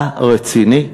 אתה רציני?